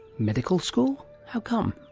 medical school? how come?